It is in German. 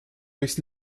durchs